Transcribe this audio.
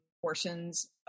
portions